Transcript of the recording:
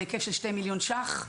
בהיקף של 2,000,000 ש"ח.